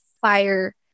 fire